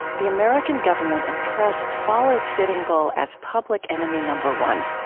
the american government and press followed sitting bull as public enemy number one.